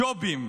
ג'ובים,